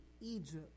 Egypt